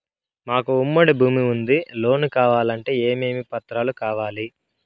మాకు ఉమ్మడి భూమి ఉంది లోను కావాలంటే ఏమేమి పత్రాలు కావాలి?